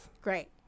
Great